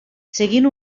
seguint